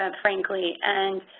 and frankly. and,